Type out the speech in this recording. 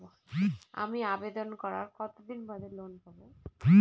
আমি আবেদন করার কতদিন বাদে লোন পাব?